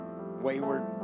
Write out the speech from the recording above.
wayward